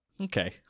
Okay